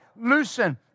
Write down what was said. loosen